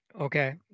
Okay